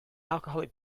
alcoholic